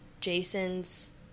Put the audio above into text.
Jason's